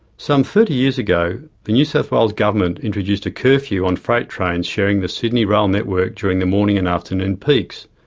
some thirty years ago, the new south wales government introduced a curfew on freight trains and sharing the sydney rail network during the morning and afternoon peaks,